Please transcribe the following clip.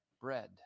bread